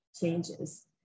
changes